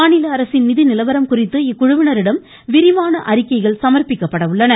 மாநில அரசின் நிதி நிலவரம் குறித்து இக்குழுவினரிடம் விரிவான அறிக்கைகள் சமா்ப்பிக்கப்பட உள்ளன